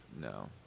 No